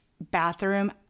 bathroom